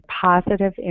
positive